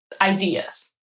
ideas